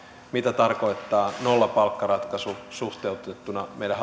mitä tarkoittaa nollapalkkaratkaisu suhteutettuna meidän